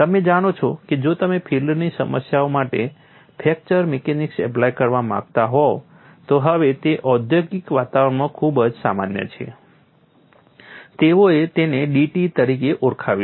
તમે જાણો છો કે જો તમે ફિલ્ડની સમસ્યાઓ માટે ફ્રેક્ચર મિકેનિક્સ એપ્લાય કરવા માંગતા હોવ તો હવે તે ઔદ્યોગિક વાતાવરણમાં ખૂબ સામાન્ય છે તેઓએ તેને DT તરીકે ઓળખાવ્યું છે